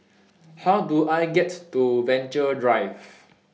How Do I get to Venture Drive